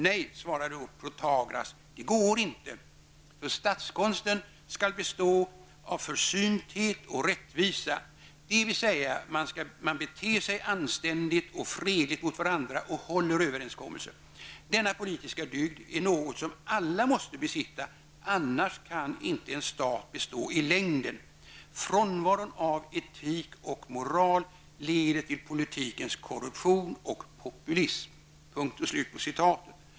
Nej, svara Protagoras, det går inte, ''för Statskonsten skall bestå av försynthet och rättvisa, dvs. man beter sig anständigt och fredligt mot varandra och håller överenskommelser. Denna politiska dygd är något som alla måste besitta, annars kan inte en stat bestå i längden. Frånvaron av etik och moral leder till politikens korruption och populism.''